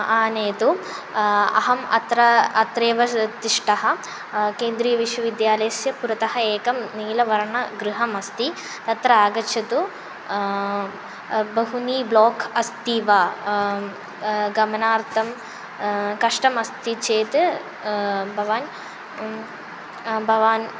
आनयतु अहम् अत्र अत्रैव श् तिष्ठः केन्द्रीयविश्वविद्यालयस्य पुरतः एकं नीलवर्णगृहम् अस्ति तत्र आगच्छतु बहूनि ब्लोक् अस्ति वा आं गमनार्थं कष्टमस्ति चेत् भवान् भवान्